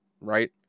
right